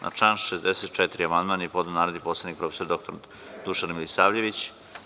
Na član 64. amandman je podneo narodni poslanik prof. dr Dušan Milisavljević.